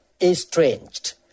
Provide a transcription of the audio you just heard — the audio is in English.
estranged